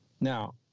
now